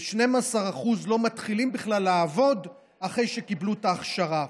ו-12% לא מתחילים בכלל לעבוד אחרי שקיבלו את ההכשרה.